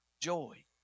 joy